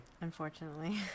Unfortunately